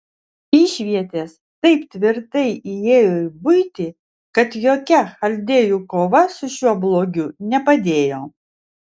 išvietės taip tvirtai įėjo į buitį kad jokia chaldėjų kova su šiuo blogiu nepadėjo